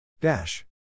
dash